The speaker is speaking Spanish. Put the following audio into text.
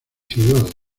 ciudades